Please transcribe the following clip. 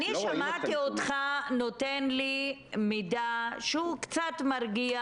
אני שמעתי אותך נותן לי מידע שהוא קצת מרגיע,